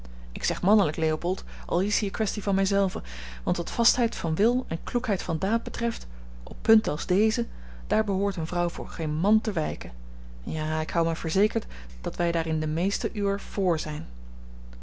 ik zeg mannelijk leopold al is hier kwestie van mij zelve want wat vastheid van wil en kloekheid van daad betreft op punten als deze daar behoort eene vrouw voor geen man te wijken ja ik houd mij verzekerd dat wij daarin de meesten uwer vr zijn